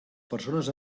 persones